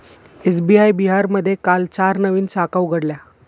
SBI बिहारमध्ये काल चार नवीन शाखा उघडल्या